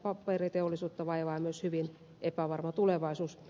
paperiteollisuutta vaivaa myös hyvin epävarma tulevaisuus